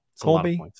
Colby